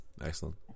Excellent